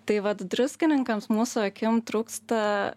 tai vat druskininkams mūsų akim trūksta